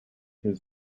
his